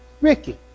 Ricky